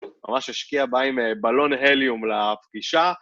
ממש השקיע בא עם בלון הליום לפגישה.